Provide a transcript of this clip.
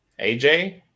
AJ